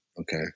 Okay